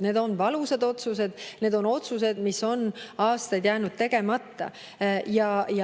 need on valusad otsused. Need on otsused, mis on aastaid jäänud tegemata.